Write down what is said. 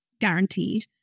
guaranteed